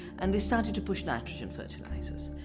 and they started to push nitrogen fertilizers,